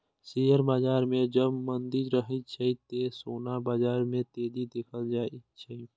share बाजार मे जब मंदी रहै छै, ते सोना बाजार मे तेजी देखल जाए छै